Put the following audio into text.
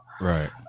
Right